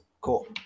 Cool